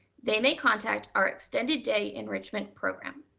they may contact our extended day enrichment program.